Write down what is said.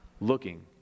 looking